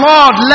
Lord